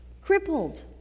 crippled